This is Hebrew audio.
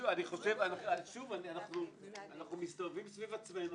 אנחנו מסתובבים סביב עצמנו.